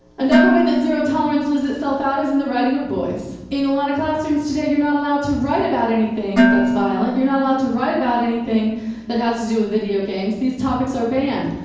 another way that zero tolerance lives itself out is in the writing of boys. in a lot of classrooms today, you're not allowed to write about anything that's violent. you're not allowed to write about anything that has to do with video games. these topics are banned.